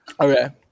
Okay